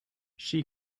she